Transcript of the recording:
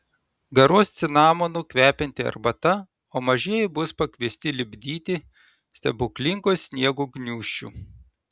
garuos cinamonu kvepianti arbata o mažieji bus pakviesti lipdyti stebuklingo sniego gniūžčių